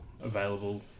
Available